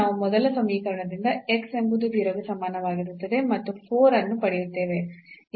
ನಾವು ಮೊದಲ ಸಮೀಕರಣದಿಂದ x ಎಂಬುದು 0 ಗೆ ಸಮಾನವಾಗಿರುತ್ತದೆ ಮತ್ತು 4 ಅನ್ನು ಪಡೆಯುತ್ತೇವೆ